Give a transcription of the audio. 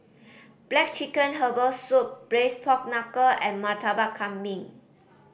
black chicken herbal soup Braised Pork Knuckle and Murtabak Kambing